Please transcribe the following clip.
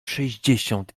sześćdziesiąt